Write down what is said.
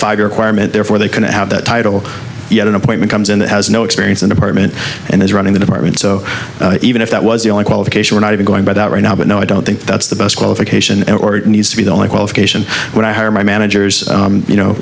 five requirement therefore they can add that title yet an appointment comes in that has no experience in department and is running the department so even if that was the only qualification we're not even going by that right now but no i don't think that's the best qualification or it needs to be the only qualification when i hire my managers you know